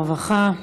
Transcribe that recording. הרווחה והבריאות.